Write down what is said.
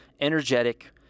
energetic